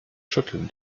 schütteln